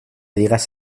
digas